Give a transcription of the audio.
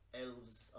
elves